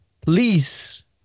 please